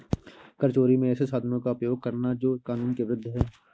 कर चोरी में ऐसे साधनों का उपयोग करना जो कानून के विरूद्ध है